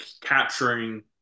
capturing